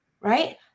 right